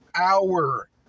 hour